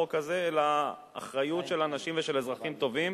אלא לאחריות של אנשים ושל אזרחים טובים.